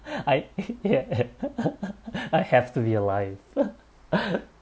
I ya I have to be alive